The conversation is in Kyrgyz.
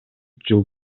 жыл